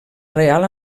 real